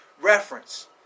reference